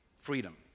freedom